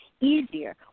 easier